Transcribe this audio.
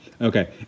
Okay